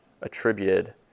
attributed